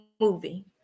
movie